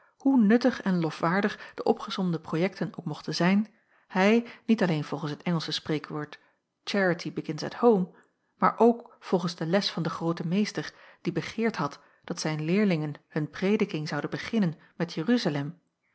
hoe nuttig en lofwaardig de opgesomde projekten ook mochten zijn hij niet alleen volgens het engelsche spreekwoord charity begins at home maar ook volgens de les van den grooten meester die begeerd had dat zijn leerlingen hun prediking zouden beginnen met jeruzalem